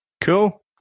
Cool